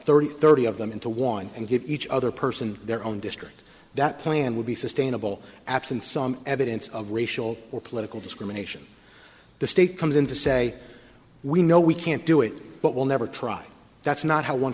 thirty thirty of them into one and give each other person their own district that plan would be sustainable absent some evidence of racial or political discrimination the state comes in to say we know we can't do it but we'll never try that's not how one